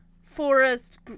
forest